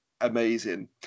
amazing